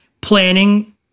planning